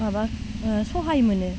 माबा सहाय मोनो